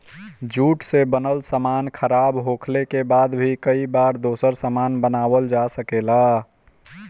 jute से बनल सामान खराब होखले के बाद भी कई बार दोसर सामान बनावल जा सकेला